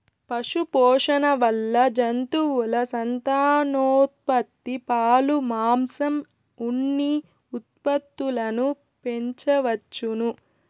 పశుపోషణ వల్ల జంతువుల సంతానోత్పత్తి, పాలు, మాంసం, ఉన్ని ఉత్పత్తులను పెంచవచ్చును